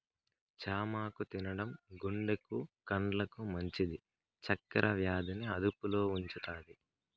చామాకు తినడం గుండెకు, కండ్లకు మంచిది, చక్కర వ్యాధి ని అదుపులో ఉంచుతాది